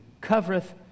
covereth